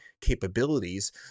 capabilities